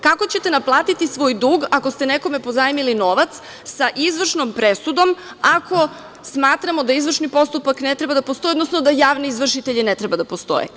Kako ćete naplatiti svoj dug ako ste nekome pozajmili novac za izvršnom presudom ako smatramo da izvršni postupak ne treba da postoji, odnosno da javni izvršitelji ne treba da postoje?